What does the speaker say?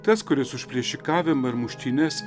tas kuris už plėšikavimą ir muštynes